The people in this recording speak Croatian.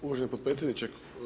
Uvaženi potpredsjedniče.